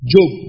Job